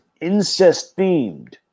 incest-themed